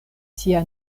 sia